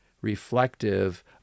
reflective